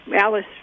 Alice